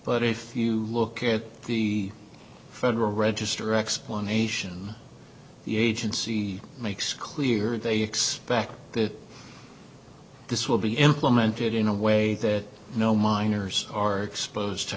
but if you look at the federal register explanation the agency makes clear that they expect that this will be implemented in a way that no miners or exposed to